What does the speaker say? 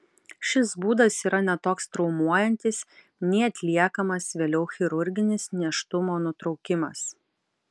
šis būdas yra ne toks traumuojantis nei atliekamas vėliau chirurginis nėštumo nutraukimas